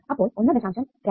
അപ്പോൾ 1